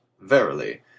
Verily